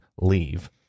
leave